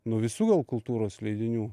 nuo visų kultūros leidinių